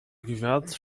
wiatr